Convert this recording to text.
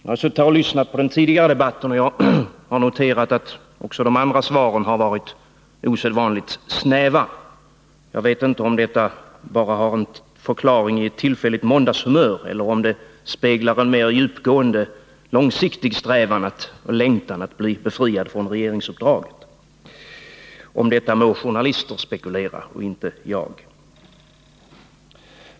Jag har suttit här och lyssnat på den tidigare debatten, och jag har noterat att också de andra svaren har varit osedvanligt snäva. Jag vet inte om detta bara har sin förklaring i ett tillfälligt måndagshumör, eller om det speglar en mer djupgående, långsiktig strävan och längtan att bli befriad från regeringsuppdraget — om detta må journalister spekulera och inte jag.